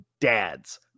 dads